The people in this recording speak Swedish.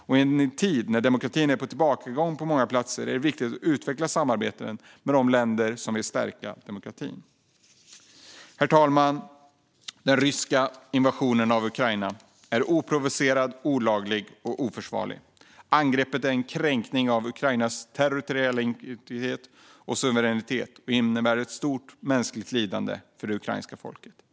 I en tid när demokratin är på tillbakagång på många platser är det viktigt att utveckla samarbeten med de länder som vill stärka demokratin. Herr talman! Den ryska invasionen av Ukraina är oprovocerad, olaglig och oförsvarlig. Angreppet är en kränkning av Ukrainas territoriella integritet och suveränitet och innebär ett stort mänskligt lidande för det ukrainska folket.